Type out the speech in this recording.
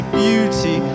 beauty